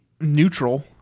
neutral